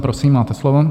Prosím, máte slovo.